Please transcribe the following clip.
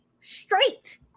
straight